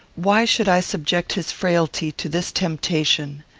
why should i subject his frailty to this temptation?